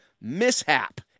mishap